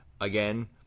again